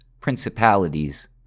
principalities